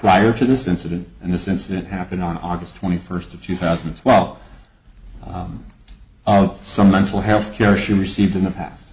prior to this incident and this incident happened on august twenty first of two thousand and twelve out some mental health care she received in the past